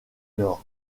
nord